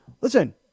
Listen